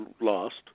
lost